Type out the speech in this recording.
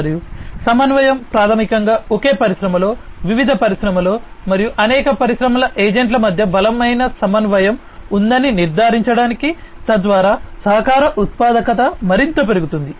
మరియు సమన్వయం ప్రాథమికంగా ఒకే పరిశ్రమలో వివిధ పరిశ్రమలలో మరియు అనేక పరిశ్రమల ఏజెంట్ల మధ్య బలమైన సమన్వయం ఉందని నిర్ధారించడానికి తద్వారా సహకార ఉత్పాదకత మరింత పెరుగుతుంది